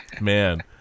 Man